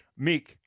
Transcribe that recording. Mick